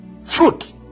fruit